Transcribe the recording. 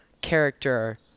character